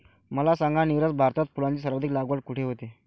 मला सांगा नीरज, भारतात फुलांची सर्वाधिक लागवड कुठे होते?